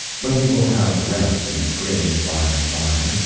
but he will have rest in the grave by-and-by.